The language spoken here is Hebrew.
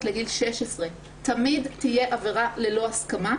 לגיל 16 תמיד תהיה עבירה ללא הסכמה,